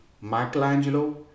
Michelangelo